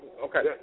okay